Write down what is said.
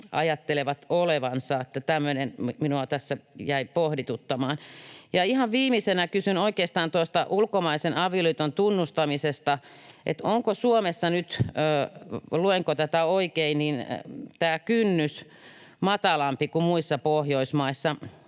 ajattelevat olevansa? Että tämmöinen minua tässä jäi pohdituttamaan. Ja ihan viimeisenä kysyn oikeastaan tuosta ulkomaisen avioliiton tunnustamisesta, että onko Suomessa nyt, luenko tätä oikein, tämä kynnys matalampi kuin muissa Pohjoismaissa.